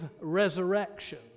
resurrection